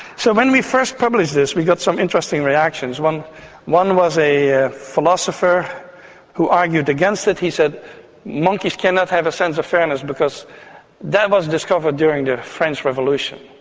so when we first published this we got some interesting reactions. one one was a a philosopher who argued against it. he said monkeys cannot have a sense of fairness because that was discovered during the french revolution.